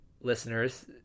listeners